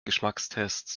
geschmackstests